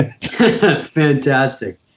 Fantastic